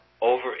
over